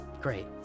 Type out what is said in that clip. Great